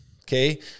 okay